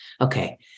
okay